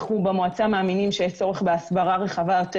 אנו במועצה מאמינים שיש צורך בהסברה רחבה יותר